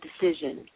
decision